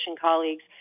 colleagues